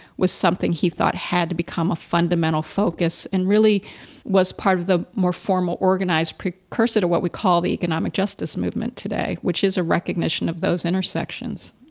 was something he thought had to become a fundamental focus, and really was part of the more formal organized precursor to what we call the economic justice movement today, which is a recognition of those intersections.